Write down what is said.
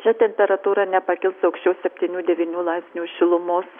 čia temperatūra nepakils aukščiau septynių devynių laipsnių šilumos